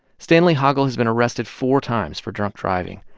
stanley hoggle has been arrested four times for drunk driving.